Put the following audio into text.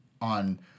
on